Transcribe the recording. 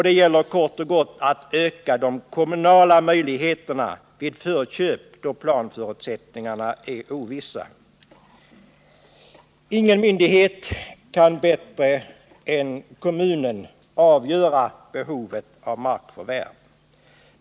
Det gäller kort och gott att öka de kommunala möjligheterna vid förköp då planförutsättningarna är ovissa. Ingen myndighet kan bättre än kommunen avgöra behovet av markförvärv.